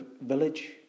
village